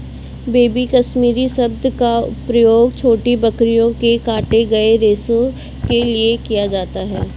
baby Kashmiri शब्द का प्रयोग छोटी बकरियों के काटे गए रेशो के लिए किया जाता है